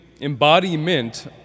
embodiment